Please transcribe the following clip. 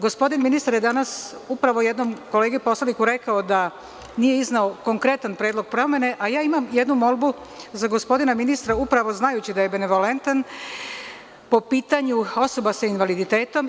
Gospodin ministar je danas upravo jednom kolegi poslaniku rekao da nije izneo konkretan predlog promene, a ja imam jednu molbu za gospodina ministra, upravo znajući da je benevolentan po pitanju osoba sa invaliditetom.